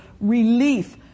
relief